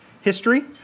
history